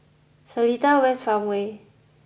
Seletar West Farmway